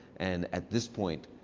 and at this point,